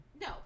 No